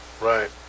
right